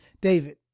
David